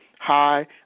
hi